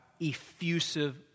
effusive